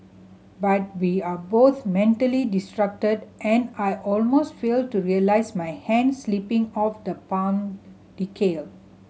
but we are both mentally distracted and I almost fail to realise my hand slipping off the palm decal